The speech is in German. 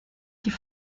die